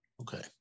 Okay